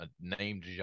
named